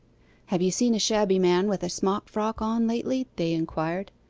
have you seen a shabby man with a smock-frock on lately they inquired.